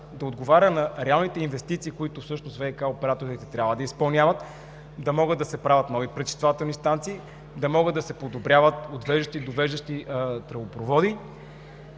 да отговаря на реалните инвестиции, които всъщност ВиК операторите трябва да изпълняват – да могат да се правят нови пречиствателни станции, да могат да се подобряват отвеждащи и довеждащи тръбопроводи,